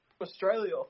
Australia